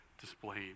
displayed